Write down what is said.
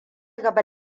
gaba